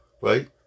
Right